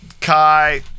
Kai